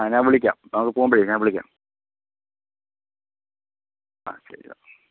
ആ ഞാൻ വിളിക്കാം ഇപ്പോൾ നമുക്ക് പോകുമ്പോഴേ ഞാൻ വിളിക്കാം ആ ശരിഎന്നാൽ